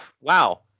Wow